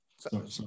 Sorry